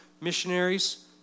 missionaries